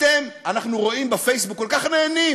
אנחנו רואים בפייסבוק, כל כך נהנים